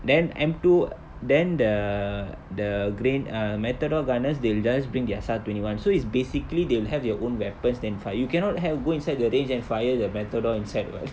then M two then the the gre~ matador gunners they'll just bring their S_A_R twenty one so it's basically they will have their own weapons then fire you cannot have go inside the range and fire the matador inside [what]